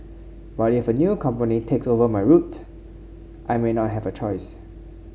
but if a new company takes over my route I may not have a choice